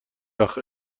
وقت